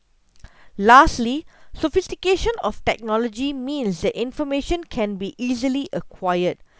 lastly sophistication of technology means that information can be easily acquired